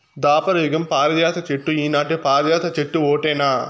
దాపర యుగం పారిజాత చెట్టు ఈనాటి పారిజాత చెట్టు ఓటేనా